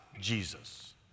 Jesus